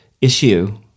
issue